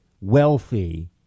wealthy